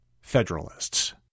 Federalists